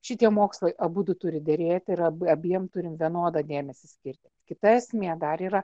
šitie mokslai abudu turi derėti ir abu abiem turim vienodą dėmesį skirti kita esmė dar yra